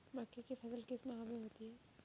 मक्के की फसल किस माह में होती है?